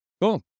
cool